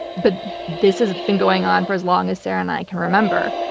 but this has been going on for as long as sarah and i can remember.